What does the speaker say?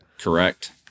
Correct